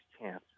chance